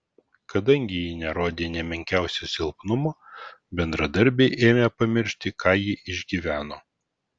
kadangi ji nerodė nė menkiausio silpnumo bendradarbiai ėmė pamiršti ką ji išgyveno